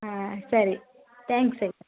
ಹಾಂ ಸರಿ ತ್ಯಾಂಕ್ಸ್ ಆಯ್ತಾ